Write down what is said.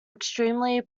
extremely